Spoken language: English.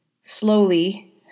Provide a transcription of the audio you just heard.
slowly